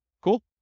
Cool